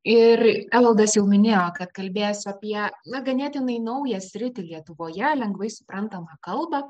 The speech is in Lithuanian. ir evaldas jau minėjo kad kalbės apie na ganėtinai naują sritį lietuvoje lengvai suprantamą kalbą